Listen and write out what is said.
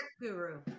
guru